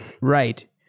Right